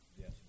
Yes